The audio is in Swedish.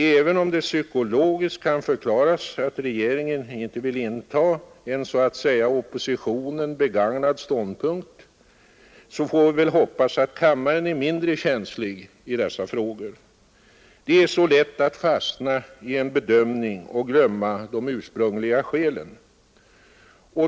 Även om det psykologiskt kan förklaras att regeringen inte vill inta en så att säga av oppositionen ”begagnad” ståndpunkt så får vi väl hoppas att kammaren är mindre känslig i dessa frågor. Det är så lätt att fastna i en bedömning och glömma de ursprungliga skälen.